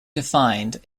defined